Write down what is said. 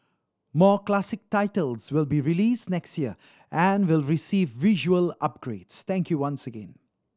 more classic titles will be released next year and will receive visual upgrades thank you once again